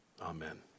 amen